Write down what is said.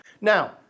Now